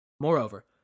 Moreover